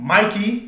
Mikey